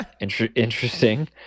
Interesting